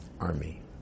army